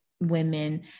women